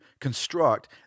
construct